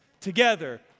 together